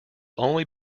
only